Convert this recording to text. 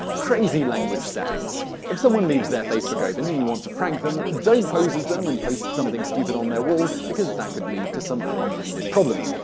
crazy language settings if someone leaves their facebook open and you want to prank them, don't pose as them and post something stupid on their wall, because that could lead to some unintended problems.